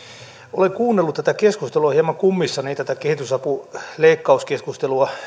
olen kuunnellut hieman kummissani tätä kehitysapuleikkauskeskustelua